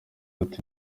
ati